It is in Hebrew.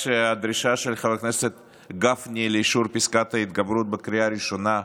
כשהדרישה של חבר הכנסת גפני לאישור פסקת ההתגברות בקריאה ראשונה התממשה,